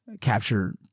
capture